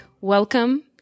Welcome